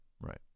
Right